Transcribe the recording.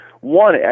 One